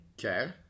Okay